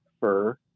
fur